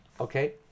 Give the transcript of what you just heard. Okay